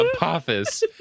Apophis